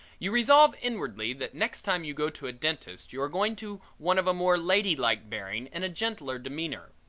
you resolve inwardly that next time you go to a dentist you are going to one of a more lady-like bearing and gentler demeanor.